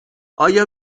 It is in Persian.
آیا